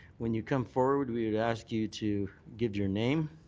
when you come forward we would ask you to give your name.